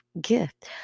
gift